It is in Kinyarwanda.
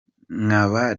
nkaba